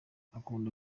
akunda